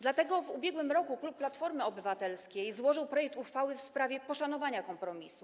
Dlatego w ubiegłym roku klub Platformy Obywatelskiej złożył projekt uchwały w sprawie poszanowania kompromisu.